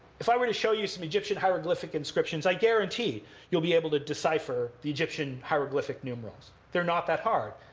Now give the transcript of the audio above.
if i were to show you some egyptian hieroglyphic inscriptions, i guarantee you'll be able to decipher the egyptian hieroglyphic numerals. they're not that hard.